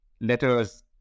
letters